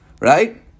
right